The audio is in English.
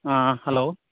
hello